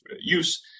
use